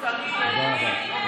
תודה רבה.